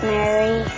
Mary